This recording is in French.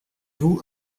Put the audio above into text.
vous